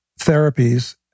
therapies